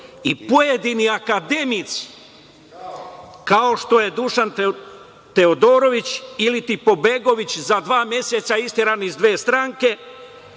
i pojedini akademici, kao što je Dušan Teodorović ili pobegović, za dva meseca isteran iz dve stranke,